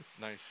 Nice